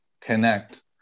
connect